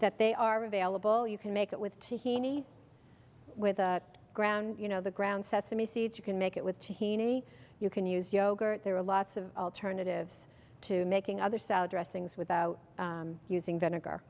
that they are available you can make it with t he needs with ground you know the ground sesame seeds you can make it with teeny you can use yogurt there are lots of alternatives to making other salad dressings without using vinegar